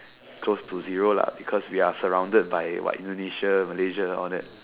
close to zero lah because we are surrounded by what Indonesia Malaysia all that